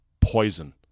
poison